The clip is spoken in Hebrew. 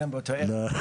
מ-2015,2016?